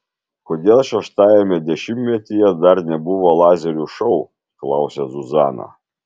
kodėl šeštajame dešimtmetyje dar nebuvo lazerių šou klausia zuzana